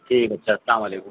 ٹھیک ہے اچھا السلام علیکم